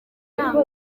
ntago